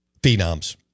phenoms